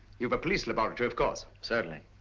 you have a police laboratory of course? certainly.